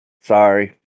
Sorry